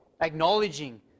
acknowledging